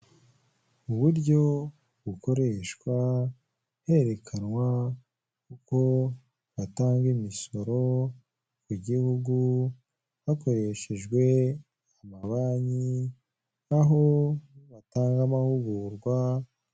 Mu kibuga cyigishirizwamo gutwara amapikipiki, umupolisi umwe azamuye ikiganza yereka mugenzi we uri hakurya. Hari utwaye ipikipiki uri kurebana n'uyu mupolisi.